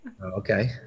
Okay